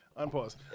unpause